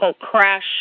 crash